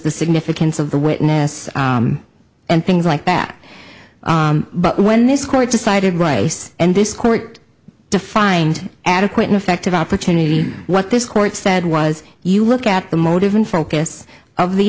the significance of the witness and things like back but when this court decided rice and this court defined adequate ineffective opportunity what this court said was you look at the motive and focus of the